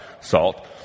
salt